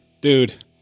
dude